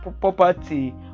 property